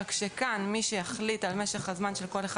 רק שכאן מי שיחליט על משך הזמן של כל אחד